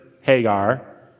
Hagar